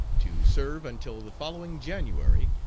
to serve until the following january,